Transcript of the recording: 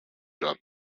dropped